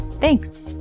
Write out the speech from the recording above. Thanks